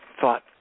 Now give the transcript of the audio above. Thought